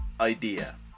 idea